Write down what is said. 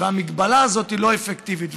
והמגבלה הזאת לא אפקטיבית.